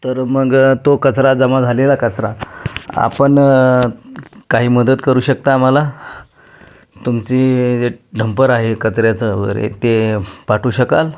तर मग तो कचरा जमा झालेला कचरा आपण काही मदत करू शकता आम्हाला तुमची जे ढंपर आहे कचऱ्याचं वगैरे ते पाठवू शकाल